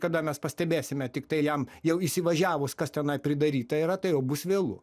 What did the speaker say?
kada mes pastebėsime tiktai jam jau įsivažiavus kas tenai pridaryta yra tai jau bus vėlu